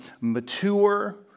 mature